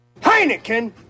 heineken